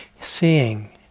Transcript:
seeing